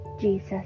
Jesus